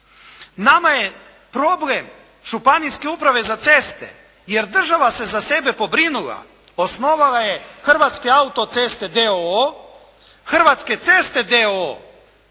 Nama je problem županijske uprave za ceste jer država se za sebe pobrinula. Osnovala je Hrvatske autoceste d.o.o., Hrvatske ceste